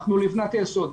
אנחנו לבנת יסוד.